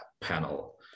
panel